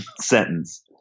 sentence